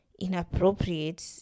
inappropriate